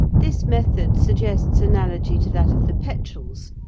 this method suggests analogy to that of the petrels,